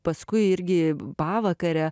paskui irgi pavakarę